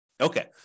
Okay